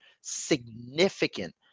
significant